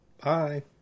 Bye